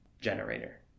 generator